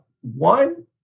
One